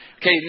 Okay